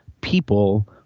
people